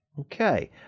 Okay